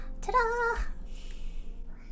Ta-da